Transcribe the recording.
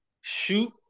shoot